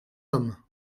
hommes